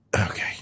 Okay